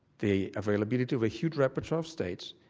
the availability of a huge repertoire of states,